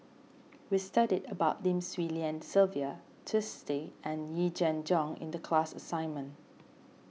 we studied about Lim Swee Lian Sylvia Twisstii and Yee Jenn Jong the class assignment